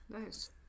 nice